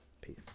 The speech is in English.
Peace